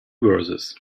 verses